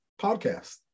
podcast